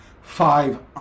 five